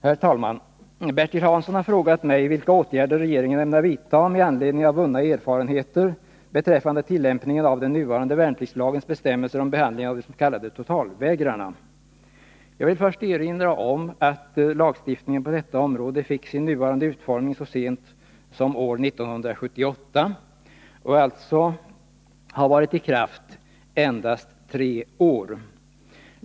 Herr talman! Bertil Hansson har frågat mig vilka åtgärder regeringen ämnar vidta med anledning av vunna erfarenheter beträffande tillämpningen av den nuvarande värnpliktslagens bestämmelser om behandlingen av de s.k. totalvägrarna. Jag vill först erinra om att lagstiftningen på detta område fick sin nuvarande utformning så sent som år 1978 och alltså har varit i kraft endast tre år.